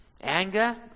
anger